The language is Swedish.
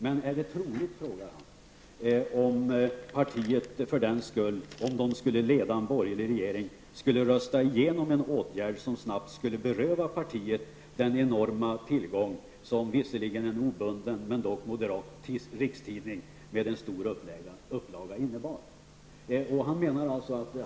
Men han frågar också om det är troligt att partiet, om man skulle leda en borgerlig regering, skulle rösta igenom en åtgärd som snabbt skulle beröva partiet den enorma tillgång som en visserligen obunden men dock moderat rikstidning med stor upplaga innebär.